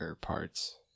parts